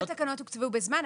לא התקנות הוקצבו בזמן,